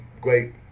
Great